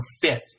fifth